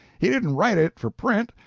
he didn't write it for print,